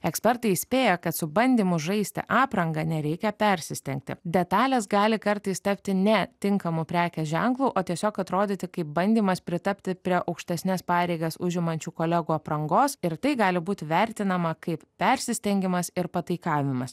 ekspertai įspėja kad su bandymu žaisti apranga nereikia persistengti detalės gali kartais tapti ne tinkamu prekės ženklo o tiesiog atrodyti kaip bandymas pritapti prie aukštesnes pareigas užimančių kolegų aprangos ir tai gali būti vertinama kaip persistengimas ir pataikavimas